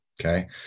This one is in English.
Okay